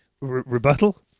rebuttal